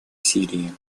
сирии